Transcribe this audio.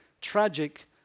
tragic